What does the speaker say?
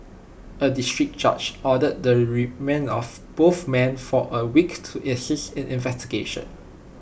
A District Judge ordered the remand of both men for A week to assist in investigations